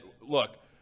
look –